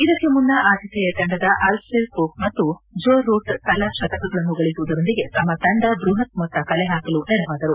ಇದಕ್ಕೆ ಮುನ್ನ ಆಧಿತೇಯ ತಂಡದ ಅಲಸ್ಸೇರ್ ಕುಕ್ ಮತ್ತು ಜೋ ರೂಟ್ ತಲಾ ಶತಕಗಳನ್ನು ಗಳಿಸುವುದರೊಂದಿಗೆ ತಮ್ನ ತಂಡ ಬ್ಬಹತ್ ಮೊತ್ತ ಕಲೆ ಹಾಕಲು ನೆರವಾದರು